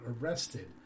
arrested